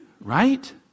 right